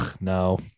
No